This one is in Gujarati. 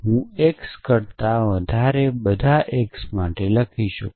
હું x કરતા વધારે બધા x માટે લખી શકું